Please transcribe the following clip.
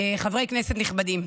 חברי כנסת נכבדים,